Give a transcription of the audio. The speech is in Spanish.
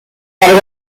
cargo